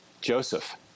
Joseph